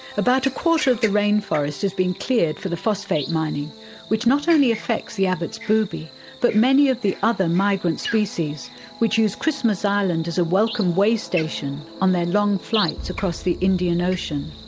about a quarter of the rainforest has been cleared for the phosphate mining which not only affects the abbott's booby but many of the other migrant species which use christmas island as a welcome way-station on their long flights across the indian ocean.